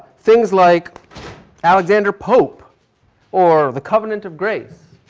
things like alexander pope or the covenant of grace,